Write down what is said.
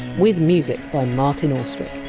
with music by martin austwick.